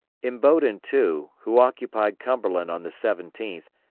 imboden, too, who occupied cumberland on the seventeenth,